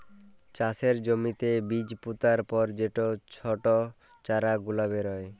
চাষের জ্যমিতে বীজ পুতার পর যে ছট চারা গুলা বেরয়